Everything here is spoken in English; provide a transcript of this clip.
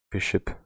Bishop